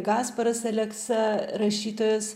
gasparas aleksa rašytojas